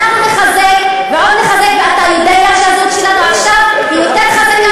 תודה רבה, חברת הכנסת זועבי.